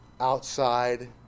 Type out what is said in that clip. outside